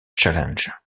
challenge